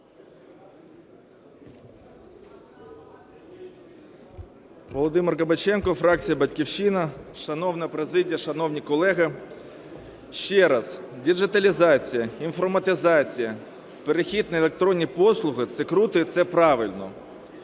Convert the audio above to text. Володимир Кабаченко, фракція "Батьківщина". Шановна президія, шановні колеги! Ще раз, діджиталізація, інформатизація, перехід на електронні послуги – це круто і це правильно.